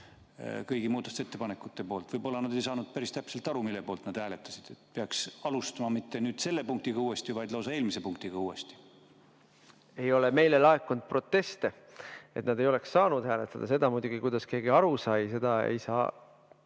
kõigi muudatusettepanekute poolt. Võib-olla nad ei saanud päris täpselt aru, mille poolt nad hääletasid. Siis peaks alustama mitte selle punktiga uuesti, vaid lausa eelmise punktiga uuesti. Meile ei ole laekunud proteste, et nad ei oleks saanud hääletada. Muidugi, kuidas keegi aru sai, seda ei saa